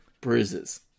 bruises